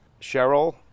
Cheryl